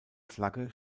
flagge